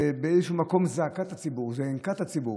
זה באיזשהו מקום זעקת הציבור, אנקת הציבור.